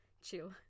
chill